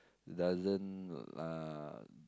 doesn't uh